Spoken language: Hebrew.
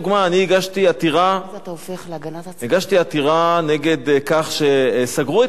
אני הגשתי עתירה נגד כך שסגרו את התיק